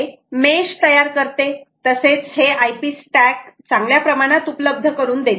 हे मेश तयार करते तसेच हे IP स्टॅक चांगल्या प्रमाणात उपलब्ध करून देते